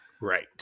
Right